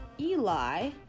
Eli